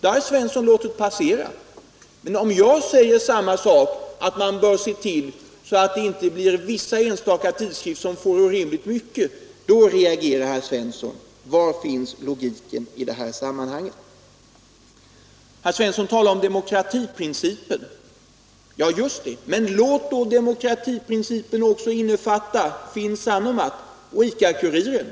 Det har herr Svensson låtit passera, men om jag säger att man bör se till att inte vissa enstaka tidskrifter får orimligt stora bidrag, då reagerar herr Svensson. Var finns logiken i det sammanhanget? Herr Svensson talar om demokratiprincipen. Ja, just det, men låt då demokratiprincipen också innefatta Finn Sanomat och ICA-Kuriren!